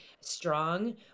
strong